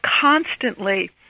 constantly